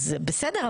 אז בסדר,